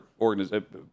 organizations